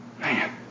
Man